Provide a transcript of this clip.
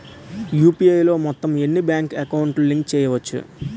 UPI లో మొత్తం ఎన్ని బ్యాంక్ అకౌంట్ లు లింక్ చేయచ్చు?